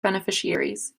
beneficiaries